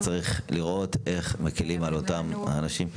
וצריך לראות איך מקלים על אותם האנשים.